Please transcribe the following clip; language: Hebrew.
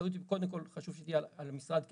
האחריות היא קודם כל חשוב שתהיה על המשרד כמשרד,